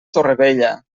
torrevella